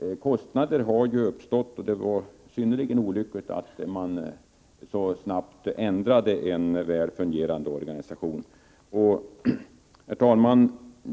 Kostnader har alltså uppstått, och det var synnerligen olyckligt att man så snabbt ändrade en väl fungerande organisation. Herr talman!